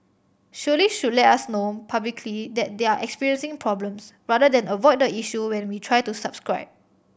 surely should let us know publicly that they're experiencing problems rather than avoid the issue when we try to subscribe